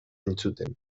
entzuten